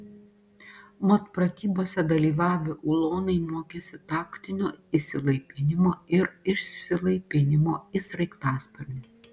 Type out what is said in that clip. mat pratybose dalyvavę ulonai mokėsi taktinio įsilaipinimo ir išsilaipinimo į sraigtasparnį